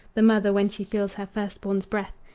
the mother when she feels her first-born's breath,